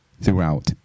throughout